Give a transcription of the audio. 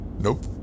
nope